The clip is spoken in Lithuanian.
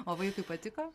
o vaikui patiko